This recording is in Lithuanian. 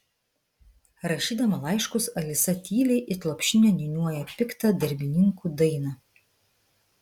rašydama laiškus alisa tyliai it lopšinę niūniuoja piktą darbininkų dainą